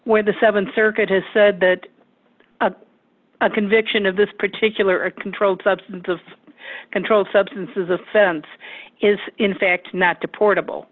where the th circuit has said that a conviction of this particular a controlled substance of controlled substances offense is in fact not deportable